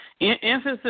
Emphasis